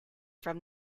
from